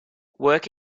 work